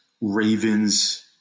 Ravens